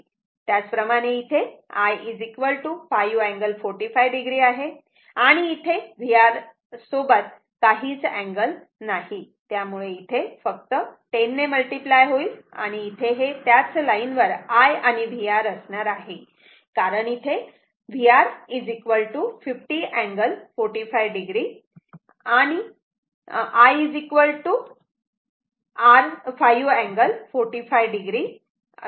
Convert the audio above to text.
त्याच प्रमाणे इथे I 5 अँगल 45 o आहे आणि इथे VR R सोबत काहीच अँगल नाही त्यामुळे इथे फक्त 10 ने मल्टिप्लाय होईल आणि इथे हे त्याच लाईन वर I आणि VR असणार आहे कारण इथे VR 50 angle 45 o and I 5 angle 45 o आहे